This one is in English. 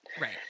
Right